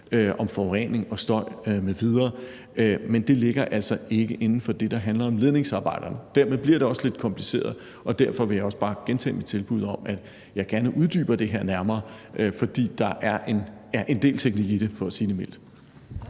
om forurening, støj m.v., men det ligger altså ikke inden for det, der handler om ledningsarbejderne. Dermed bliver det også lidt kompliceret, og derfor vil jeg også bare gentage mit tilbud om, at jeg gerne uddyber det her nærmere, for der er en del teknik i det – for at sige det mildt.